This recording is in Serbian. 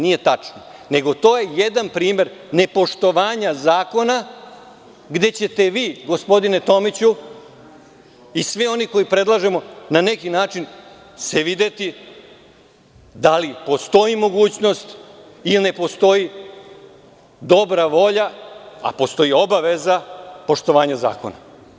Nije tačno, nego je to jedan primer nepoštovanja zakona gde ćete vi gospodine Tomiću, i svi oni koje predlažemo, na neki način se videti, da li postoji mogućnost ili ne postoji dobra volja, a postoji obaveza poštovanja zakona.